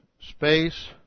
space